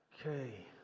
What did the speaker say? okay